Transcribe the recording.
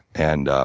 and